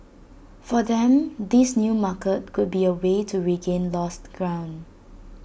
for them this new market could be A way to regain lost ground